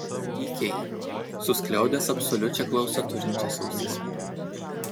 tykiai suskliaudęs absoliučią klausą turinčias ausis